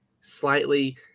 slightly